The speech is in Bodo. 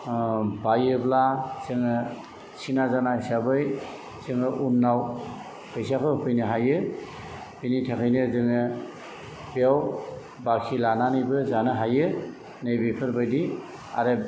बायोब्ला जोङो सिना जाना हिसाबै जोङो उनाव फैसाखौ होफैनो हायो बेनि थाखायनो जोङो बेयाव बाखि लानानैबो जानो हायो नैबेफोर बायदि आरो